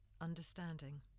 understanding